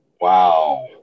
Wow